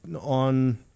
on